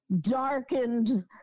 darkened